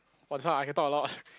what's up I can talk a lot